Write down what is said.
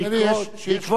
לפחות שני מקרים,